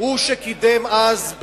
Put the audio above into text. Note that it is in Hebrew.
הוא שקידם אז,